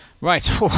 Right